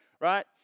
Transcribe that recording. right